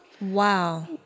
Wow